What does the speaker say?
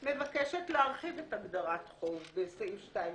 מבקשת להרחיב את הגדרת חוב בסעיף 2 להגדרה.